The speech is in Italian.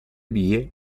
vie